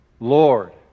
Lord